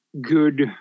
good